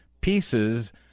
pieces